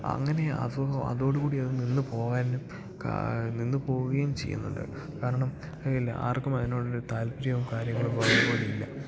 അങ്ങനെ അതോ അതോടുകൂടി അത് നിന്ന് പോകാനും കാ നിന്ന് പോവുകയും ചെയ്യുന്നുണ്ട് കാരണം ഇല്ല ആർക്കും അതിനോടൊരു താല്പര്യവും കാര്യങ്ങളും പഴയതുപോലില്ല